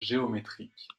géométrique